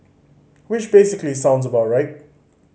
which basically sounds about right